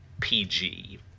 PG